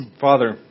Father